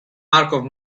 markov